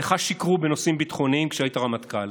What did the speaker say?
לך שיקרו בנושאים ביטחוניים כשהיית רמטכ"ל.